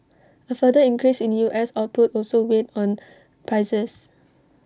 A further increase in us output also weighed on prices